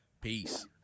Peace